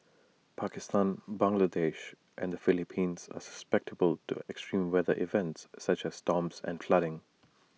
Pakistan Bangladesh and the Philippines are susceptible to extreme weather events such as storms and flooding